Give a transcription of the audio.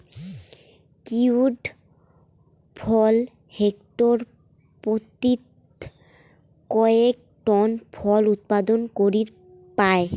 kiwi ফল hectare পত্যি কয়েক টন ফল উৎপাদন করির পায়